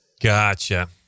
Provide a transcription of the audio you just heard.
Gotcha